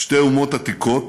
שתי אומות עתיקות